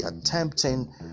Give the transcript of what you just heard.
attempting